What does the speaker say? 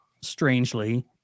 strangely